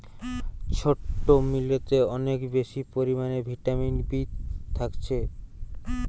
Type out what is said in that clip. ছোট্ট মিলেতে অনেক বেশি পরিমাণে ভিটামিন বি থাকছে